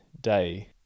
day